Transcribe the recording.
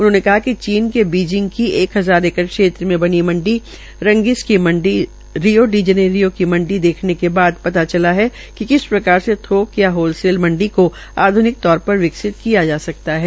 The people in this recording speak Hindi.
उन्होंने कहा कि चीन के बीजिंग की एक हजार क्षेत्र में बनी मंडी रेगिंस की मंडी रियो दी जेनेरियो में बनी मंडी देखने के बाद पता चला है कि किस प्रकार से थोक या होलसेल मंडी को आध्निक तौर पर विकसित किया जा सकता है